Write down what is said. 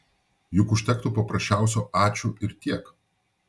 juk užtektų paprasčiausio ačiū ir tiek